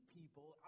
people